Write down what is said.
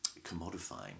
commodifying